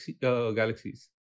galaxies